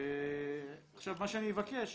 מה שאני מבקש,